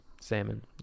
salmon